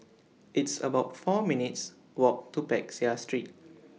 It's about four minutes' Walk to Peck Seah Street